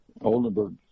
Oldenburg